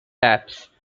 laps